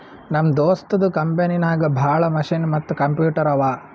ನಮ್ ದೋಸ್ತದು ಕಂಪನಿನಾಗ್ ಭಾಳ ಮಷಿನ್ ಮತ್ತ ಕಂಪ್ಯೂಟರ್ ಅವಾ